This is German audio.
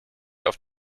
auf